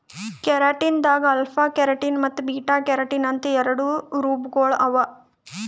keratin ದಾಗ್ alpha keratin ಮತ್ತ್ beta keratin ಅಂತ್ ಎರಡು ರೂಪಗೊಳ್ ಅವಾ